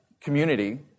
community